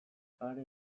are